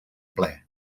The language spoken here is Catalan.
ple